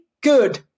good